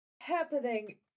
Happening